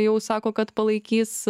jau sako kad palaikys